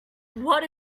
what